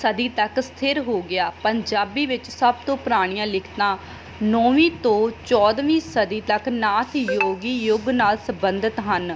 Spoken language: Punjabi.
ਸਦੀ ਤੱਕ ਸਥਿਰ ਹੋ ਗਿਆ ਪੰਜਾਬੀ ਵਿੱਚ ਸਭ ਤੋਂ ਪੁਰਾਣੀਆਂ ਲਿਖਤਾਂ ਨੌਵੀਂ ਤੋਂ ਚੌਦਵੀਂ ਸਦੀ ਤੱਕ ਨਾਥ ਯੋਗੀ ਯੁਗ ਨਾਲ ਸੰਬੰਧਿਤ ਹਨ